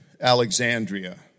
Alexandria